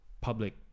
public